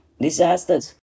Disasters